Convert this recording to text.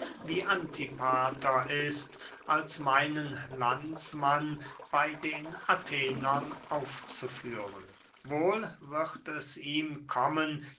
wie antipater ist als meinen landsmann bey den athenern aufzuführen wohl wird es ihm kommen